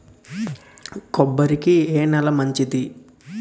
కొబ్బరి కి ఏ నేల మంచిది?